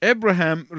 Abraham